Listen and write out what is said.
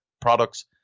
products